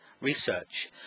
research